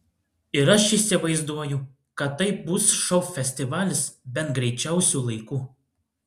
ir aš įsivaizduoju kad tai bus šou festivalis bent greičiausiu laiku